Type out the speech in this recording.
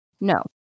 no